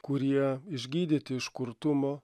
kurie išgydyti iš kurtumo